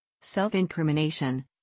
Self-incrimination